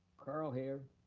carl here.